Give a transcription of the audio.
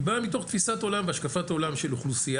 היא באה מתוך תפיסת עולם והשקפת עולם של אוכלוסייה,